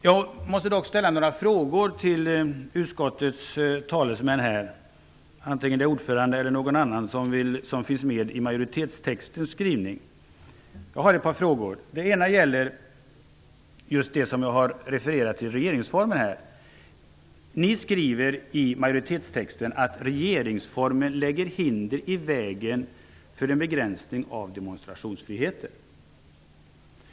Jag måste dock ställa några frågor till utskottets talesmän här -- ordföranden eller någon annan som har ställt sig bakom majoritetens skrivning. En fråga gäller just det som jag har refererat och som gäller regeringsformen. Majoriteten skriver att regeringsformen lägger hinder i vägen för en begränsning av demonstrationsfriheten.